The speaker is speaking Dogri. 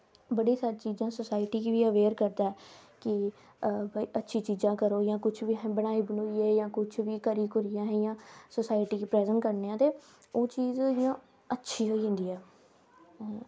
बड़ी सारी चीजां सोसाईटी गी बी अवेयर करदा ऐ कि भाई अच्छी चीजां करो जां कुछ बी बनाई बनुइयै जां कुछ बी करी कुरियै असें इयां सोसाईटी गी प्रिज़ैंट करने आं ते ओह् चीज़ इयां अच्छी होई जंदी ऐ